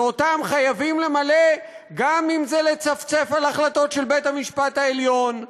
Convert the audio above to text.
שאותם חייבים למלא גם אם זה לצפצף על החלטות של בית-המשפט העליון,